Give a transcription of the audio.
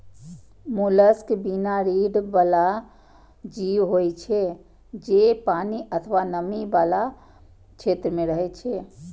mollusc बिना रीढ़ बला जीव होइ छै, जे पानि अथवा नमी बला क्षेत्र मे रहै छै